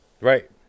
Right